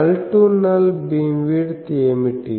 null to null beamwidth ఏమిటి